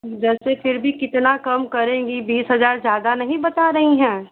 जैसे फिर भी कितना कम करेंगी बीस हज़ार ज़्यादा नहीं बता रही हैं